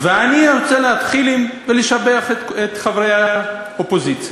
ואני רוצה להתחיל ולשבח את חברי האופוזיציה.